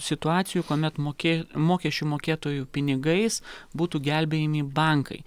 situacijų kuomet mokė mokesčių mokėtojų pinigais būtų gelbėjami bankai